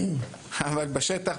אבל בשטח,